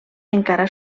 encara